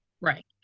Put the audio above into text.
Right